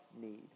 need